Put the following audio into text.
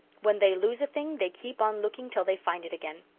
when they lose a thing they keep on looking till they find it again!